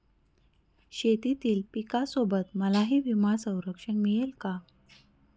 शेतीतील पिकासोबत मलाही विमा संरक्षण मिळेल का?